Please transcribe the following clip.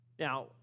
Now